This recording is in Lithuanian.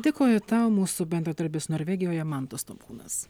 dėkoju tau mūsų bendradarbis norvegijoje mantas tomkūnas